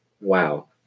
Wow